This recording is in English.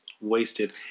wasted